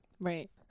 Right